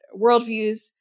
worldviews